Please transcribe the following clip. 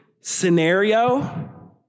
scenario